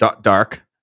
dark